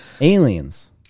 Aliens